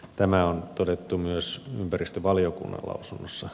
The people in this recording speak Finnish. tämä on todettu myös ympäristövaliokunnan lausunnossa